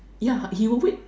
yeah he will wait